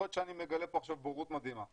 להיות שאני מגלה פה עכשיו בורות מדהימה,